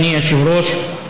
אדוני היושב-ראש,